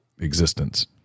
existence